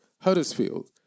Huddersfield